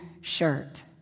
shirt